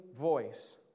voice